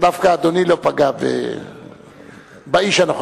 דווקא אדוני לא פגע באיש הנכון,